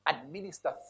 administer